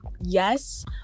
yes